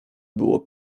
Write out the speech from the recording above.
było